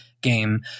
game